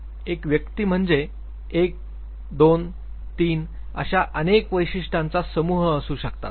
एक व्यक्ती म्हणजे एक दोन तीन अशा अनेक वैशिष्ट्यांचा समूह असू शकतात